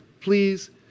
please